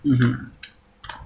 mmhmm